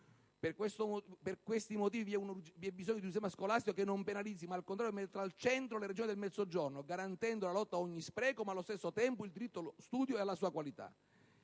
Per questi motivi vi è bisogno di un sistema scolastico che non penalizzi ma, al contrario, metta al centro le Regioni del Mezzogiorno, garantendo la lotta a ogni spreco ma, allo stesso tempo, il diritto allo studio e alla sua qualità.